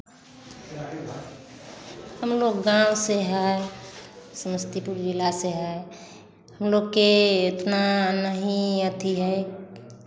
हम लोग गाँव से हैं समस्तीपुर ज़िला से हैं हम लोग के इतना नहीं आती है